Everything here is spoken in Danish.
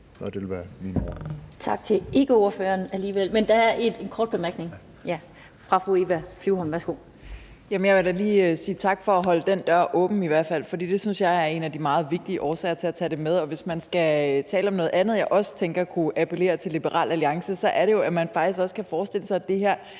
ordfører på området. Der er en kort bemærkning fra fru Eva Flyvholm. Værsgo. Kl. 18:45 Eva Flyvholm (EL): Jeg vil da lige sige tak for i hvert fald at holde den dør åben, for det synes jeg er en af de meget vigtige årsager til at tage det med. Og hvis man skal tale om noget andet, jeg også tænker kunne appellere til Liberal Alliance, så er det jo, at man faktisk også kan forestille sig, at det her